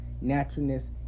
naturalness